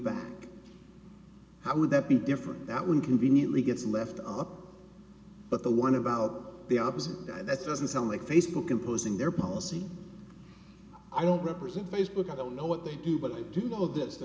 back how would that be different that we conveniently gets left off but the one about the opposite that's doesn't sound like facebook imposing their policy i don't represent facebook i don't know what they do but i do know this that